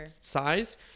size